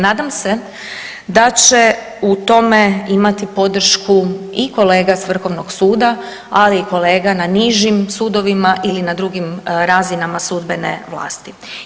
Nadam se da će u tome imati podršku i kolega s Vrhovnog suda, ali i kolega na nižim sudovima ili na drugim razinama sudbene vlasti.